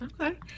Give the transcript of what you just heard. Okay